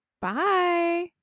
Bye